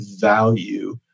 value